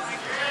כן.